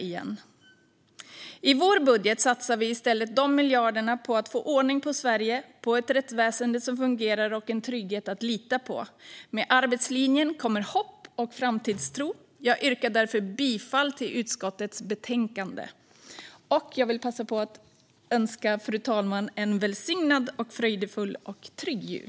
I vår budget satsar vi i stället de miljarderna på att få ordning på Sverige, på ett rättsväsen som fungerar och på en trygghet att lita på. Med arbetslinjen kommer hopp och framtidstro. Jag yrkar därför bifall till förslaget i utskottets betänkande. Jag vill passa på att önska fru talmannen en välsignad, fröjdefull och trygg jul.